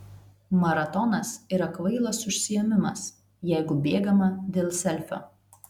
maratonas yra kvailas užsiėmimas jeigu bėgama dėl selfio